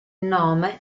nome